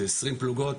זה 20 פלוגות.